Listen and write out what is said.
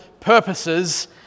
purposes